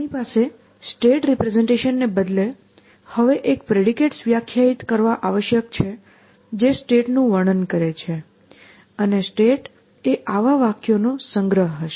આપણી પાસે state representation ને બદલે હવે એક પ્રેડિકેટ્સ વ્યાખ્યાયિત કરવા આવશ્યક છે જે સ્ટેટનું વર્ણન કરે છે અને સ્ટેટ એ આવા વાક્યોનો સંગ્રહ હશે